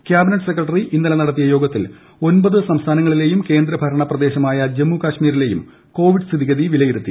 cabinet secretary ഇന്നലെ നടത്തിയ യോഗത്തിൽ ഒമ്പത് സംസ്ഥാനങ്ങളിലെയും കേന്ദ്ര ഭരണ പ്രദേശമായ ജമ്മു കാശ്മീരിലെയും കോവിഡ് സ്ഥിതിഗതികൾ വിലയിരുത്തി